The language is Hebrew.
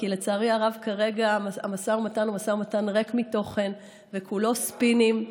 כי לצערי הרב כרגע המשא ומתן הוא משא ומתן ריק מתוכן וכולו ספינים.